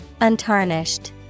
Untarnished